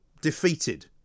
defeated